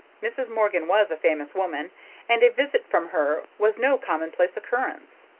mrs. morgan was a famous woman and a visit from her was no commonplace occurrence.